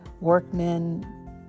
workmen